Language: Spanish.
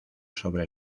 sobre